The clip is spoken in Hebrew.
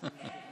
תפתיע